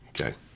Okay